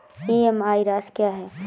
EMI राशि क्या है?